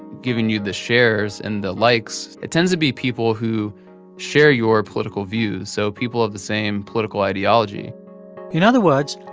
giving you the shares and the likes, it tends to be people who share your political views, so people of the same political ideology in other words,